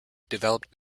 developed